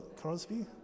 Crosby